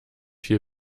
viel